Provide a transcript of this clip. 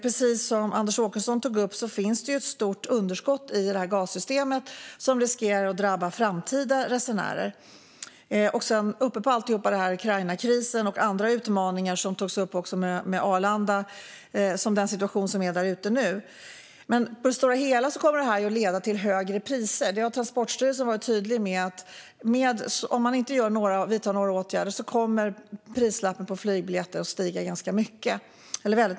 Precis som Anders Åkesson tog upp finns ett stort underskott i GAS-systemet som riskerar att drabba framtida resenärer. Uppepå detta har vi Ukrainakrisen och andra utmaningar, till exempel situationen på Arlanda. På det stora hela kommer detta att leda till högre priser. Transportstyrelsen har varit tydlig med att om inga åtgärder vidtas kommer prislappen på flygbiljetter att stiga mycket.